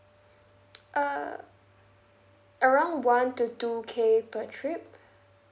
err around one to two K per trip